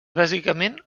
bàsicament